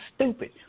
stupid